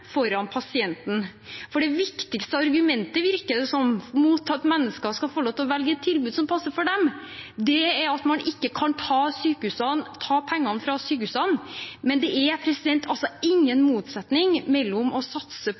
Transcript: foran pasienten. For det viktigste argumentet, virker det som, mot at mennesker skal få lov til å velge et tilbud som passer for dem, er at man ikke kan ta pengene fra sykehusene. Men det er altså ingen motsetning mellom å satse